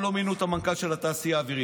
לא מינו את המנכ"ל של התעשייה האווירית.